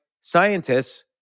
scientists